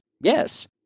yes